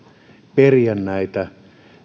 periä näitä